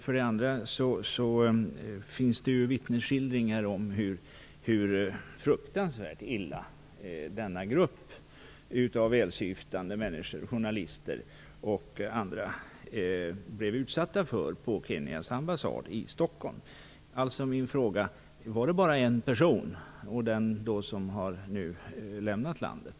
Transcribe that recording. För det andra finns det vittnesskildringar om hur fruktansvärt illa denna grupp av välsyftande människor, journalister och andra, blev bemötta på Kenyas ambassad i Stockholm. Min fråga är: Var det bara en person, dvs. den person som har lämnat landet?